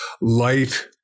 light